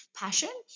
passion